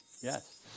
Yes